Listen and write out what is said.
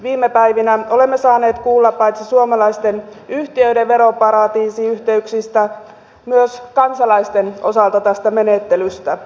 viime päivinä olemme saaneet kuulla paitsi suomalaisten yhtiöiden veroparatiisiyhteyksistä myös kansalaisten osalta tästä menettelystä